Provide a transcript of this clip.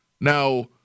Now